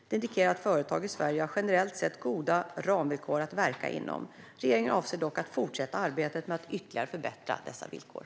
Det indikerar att företag i Sverige generellt sett har goda ramvillkor att verka inom. Regeringen avser dock att fortsätta arbetet med att ytterligare förbättra dessa villkor.